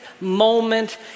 moment